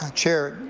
ah chair,